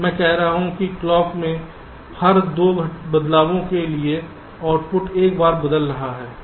मैं कह रहा हूं कि क्लॉक के हर 2 बदलावों के लिए आउटपुट एक बार बदल रहा है